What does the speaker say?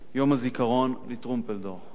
יום הזיכרון לטרומפלדור.